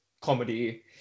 comedy